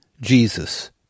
Jesus